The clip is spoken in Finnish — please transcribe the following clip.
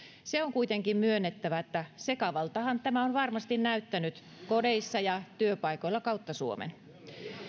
se on kuitenkin myönnettävä että sekavaltahan tämä on varmasti näyttänyt kodeissa ja työpaikoilla kautta suomen